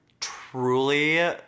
Truly